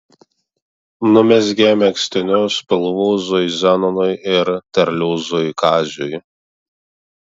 numezgė megztinius pilvūzui zenonui ir terliūzui kaziui